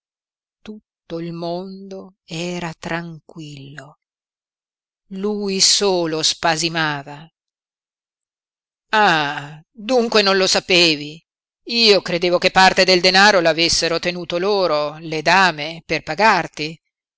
tutto il mondo era tranquillo lui solo spasimava ah dunque non lo sapevi io credevo che parte del denaro l'avessero tenuto loro le dame per pagarti